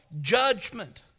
judgment